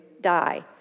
die